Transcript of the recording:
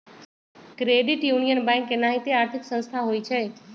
credit union bank के नाहिते आर्थिक संस्था होइ छइ